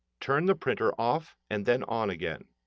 turn the printer off and then on again.